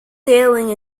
sailing